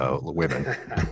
women